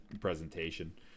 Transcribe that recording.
presentation